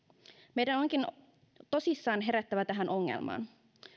meidän onkin tosissaan herättävä tähän ongelmaan